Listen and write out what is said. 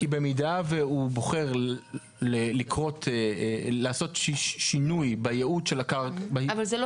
כי במידה והוא בוחר לעשות שינוי בייעוד של --- אבל זה לא